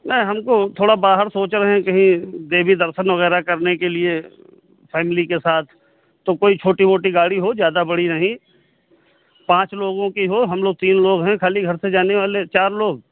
नहीं हमको थोड़ा बाहर सोच रहें हैं कहीं देवी दर्शन वग़ैरह करने के लिए फैमिली के साथ तो कोई छोटी मोटी गाड़ी हो ज़्यादा बड़ी नहीं पाँच लोगों कि हो हम लोग तीन लोग हैं ख़ाली घर से जाने वाले चार लोग